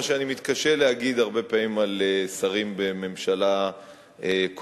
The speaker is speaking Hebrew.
מה שאני מתקשה להגיד הרבה פעמים על שרים בממשלה קודמת.